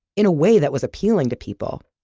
in a way that was appealing to people.